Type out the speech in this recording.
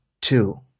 two